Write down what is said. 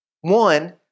one